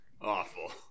awful